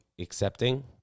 accepting